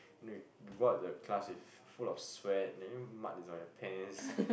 and then you go out the class with full of sweat and then mud is on your pants